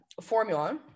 formula